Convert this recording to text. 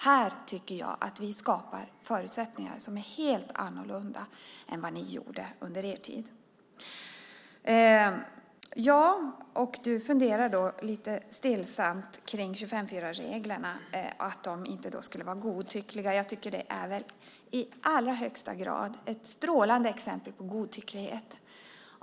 Här tycker jag att vi skapar förutsättningar som är helt annorlunda än vad ni gjorde under er tid. Du funderar lite stillsamt kring 25:4-reglerna. De skulle inte vara godtyckliga. Jag tycker att det i allra högsta grad är ett strålande exempel på godtycklighet.